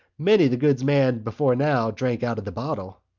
many's the good man before now drank out of the bottle.